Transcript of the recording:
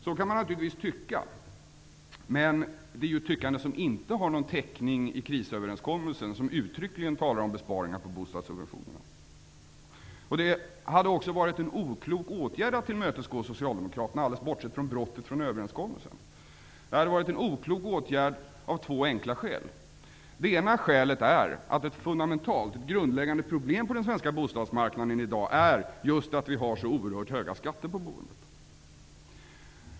Så kan man naturligtvis tycka, men det är ett tyckande som inte har någon täckning i krisöverenskommelsen, där det uttryckligen talas om besparingar på bostadssubventionerna. Det hade varit en oklok åtgärd att tillmötesgå Socialdemokraterna, alldeles bortsett från brottet från överenskommelsen. Det hade varit oklokt av två enkla skäl. Det ena skälet är att det grundläggande problemet på den svenska bostadsmarknaden ju är att vi har oerhört höga skatter på boendet.